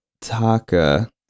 Taka